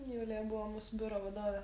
julija buvo mūsų biuro vadovė